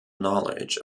knowledge